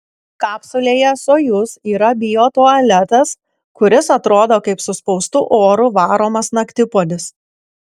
kapsulėje sojuz yra biotualetas kuris atrodo kaip suspaustu oru varomas naktipuodis